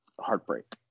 heartbreak